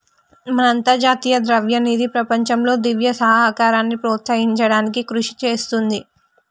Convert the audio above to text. మన అంతర్జాతీయ ద్రవ్యనిధి ప్రపంచంలో దివ్య సహకారాన్ని ప్రోత్సహించడానికి కృషి చేస్తుంది